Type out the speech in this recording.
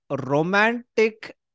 romantic